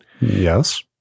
Yes